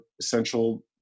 essential